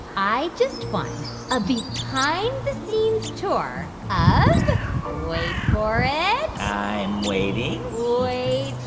i just won a behind-the-scenes tour of wait for it i'm waiting wait